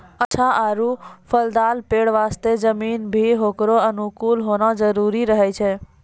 अच्छा आरो फलदाल पेड़ वास्तॅ जमीन भी होकरो अनुकूल होना जरूरी रहै छै